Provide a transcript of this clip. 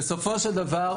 בסופו של דבר,